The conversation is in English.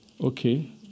Okay